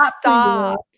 stop